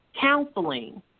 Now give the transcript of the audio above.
counseling